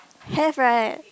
have right